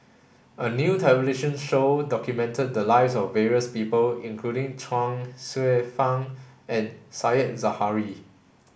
a new television show documented the lives of various people including Chuang Hsueh Fang and Said Zahari